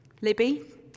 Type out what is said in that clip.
Libby